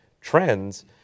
trends